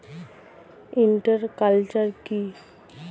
Inter culture কি?